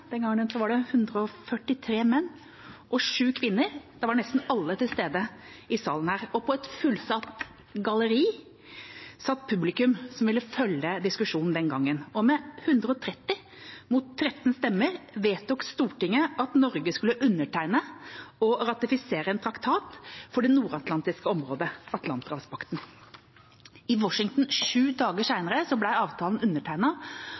den gangen var det 143 menn og 7 kvinner – var nesten alle til stede i salen. På et fullsatt galleri satt publikum som ville følge diskusjonen den gangen. Med 130 mot 13 stemmer vedtok Stortinget at Norge skulle undertegne og ratifisere en traktat for det nordatlantiske området, Atlanterhavspakten. I Washington sju dager